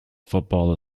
football